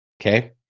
Okay